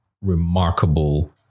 remarkable